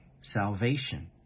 Salvation